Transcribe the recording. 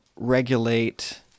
regulate